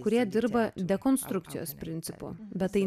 kurie dirba dekonstrukcijos principu bet tai